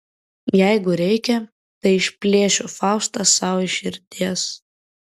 jeigu reikia tai išplėšiu faustą sau iš širdies